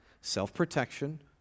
self-protection